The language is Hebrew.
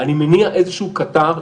אני מניע איזשהו קטר,